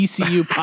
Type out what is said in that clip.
ECU